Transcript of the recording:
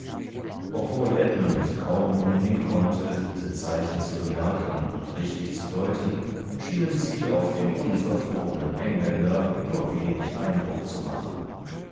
obwohl edmund kaum umhin konnte diese zeichen zu bemerken und richtig zu deuten schienen sie auf den unverfrorenen engländer nur wenig eindruck zu machen